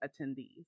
attendees